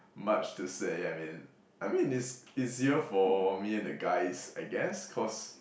much to say I mean I mean it's it's zero for me and the guys I guess cause